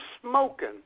smoking